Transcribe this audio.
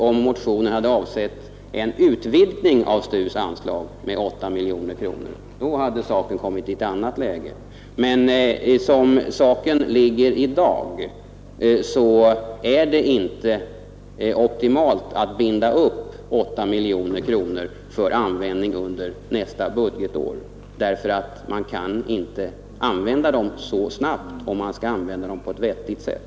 Om motionen hade krävt en ökning av anslagen till STU med 8 miljoner kronor, ja, då hade saken kommit i ett nytt läge. Som det ligger till i dag blir det inte en optimal resursanvändning, om man binder 8 miljoner kronor för användning under nästa budgetår. Man kan nämligen inte använda dessa pengar så snabbt, om man skall göra det på ett vettigt sätt.